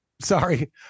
sorry